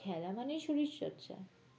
খেলা মানে শরীরচর্চা